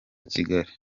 kigali